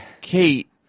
Kate –